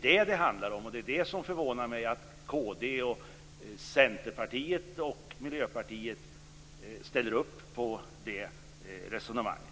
Det förvånar mig att Kristdemokraterna, Centerpartiet och Miljöpartiet ställer sig bakom det resonemanget.